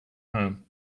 home